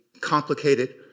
complicated